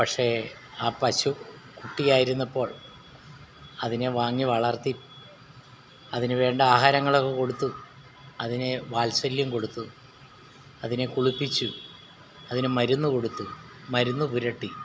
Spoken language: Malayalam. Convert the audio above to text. പക്ഷേ ആ പശു കുട്ടിയായിരുന്നപ്പോൾ അതിനെ വാങ്ങി വളർത്തി അതിന് വേണ്ട ആഹാരങ്ങളൊക്കെ കൊടുത്തു അതിന് വാത്സല്യം കൊടുത്തു അതിനെ കുളിപ്പിച്ചു അതിന് മരുന്ന് കൊടുത്തു മരുന്ന് പുരട്ടി